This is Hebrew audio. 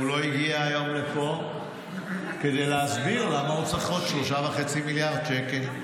הוא לא הגיע היום לפה כדי להסביר למה הוא צריך עוד 3.5 מיליארד שקל.